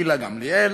גילה גמליאל,